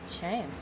Shame